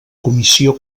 comissió